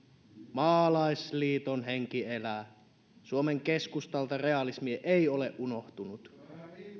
maalaisliiton henki elää suomen keskustalta realismi ei ole unohtunut